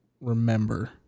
remember